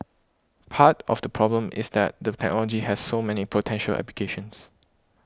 part of the problem is that the technology has so many potential applications